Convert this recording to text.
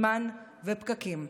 זמן ופקקים,